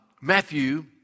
Matthew